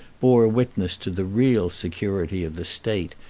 bore witness to the real security of the state,